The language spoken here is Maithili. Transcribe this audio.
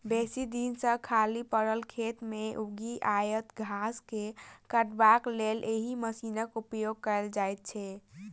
बेसी दिन सॅ खाली पड़ल खेत मे उगि आयल घास के काटबाक लेल एहि मशीनक उपयोग कयल जाइत छै